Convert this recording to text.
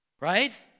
Right